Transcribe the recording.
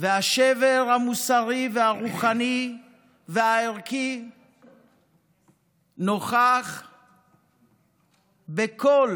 והשבר המוסרי והרוחני והערכי נוכח בכל